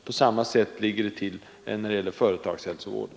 På samma sätt ligger det till när det gäller företagshälsovården.